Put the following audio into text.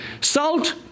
Salt